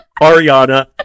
ariana